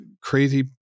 crazy